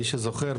מי שזוכר,